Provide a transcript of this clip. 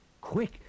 Quick